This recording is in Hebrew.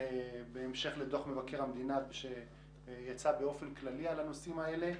בהמשך לדוח מבקר המדינה שיצא באופן כללי על הנושאים האלה.